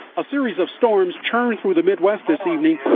a series of storms churned through the midwest this evening.